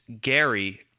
Gary